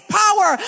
power